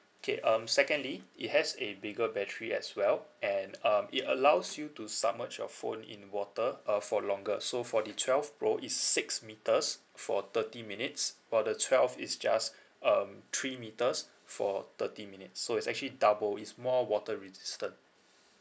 okay um secondly it has a bigger battery as well and um it allows you to submerge your phone in water uh for longer so for the twelve pro it's six meters for thirty minutes for the twelve it's just um three meters for thirty minutes so it's actually doubled it's more water resistant